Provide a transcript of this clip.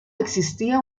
existía